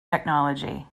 technology